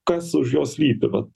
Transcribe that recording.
kas už jos slypi vat